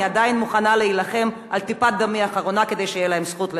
אני עדיין מוכנה להילחם עד טיפת דמי האחרונה כדי שתהיה להם זכות לדבר.